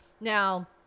Now